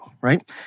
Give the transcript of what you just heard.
right